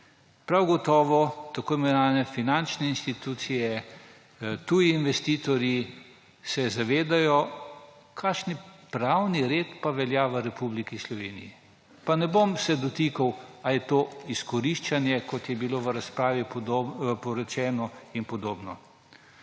Prav gotovo se tako imenovane finančne institucije, tuji investitorji zavedajo, kakšni pravni red pa velja v Republiki Sloveniji. Pa se ne bom dotikal, ali je to izkoriščanje, kot je bilo v razpravi poročano, in podobno.